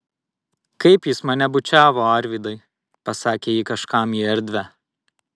kaip jis mane bučiavo arvydai pasakė ji kažkam į erdvę